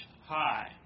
high